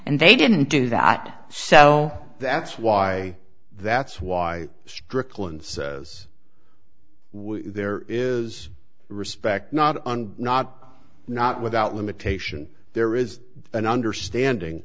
and they didn't do that so that's why that's why strickland says there is respect not not not without limitation there is an understanding